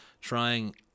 trying